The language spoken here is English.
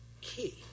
key